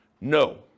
No